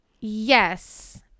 Yes